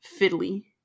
fiddly